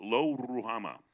Loruhama